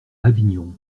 avignon